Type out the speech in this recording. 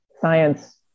science